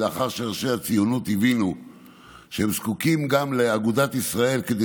לאחר שראשי הציונות הבינו שהם זקוקים גם לאגודת ישראל כדי